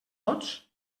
tots